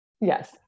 Yes